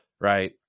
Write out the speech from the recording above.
right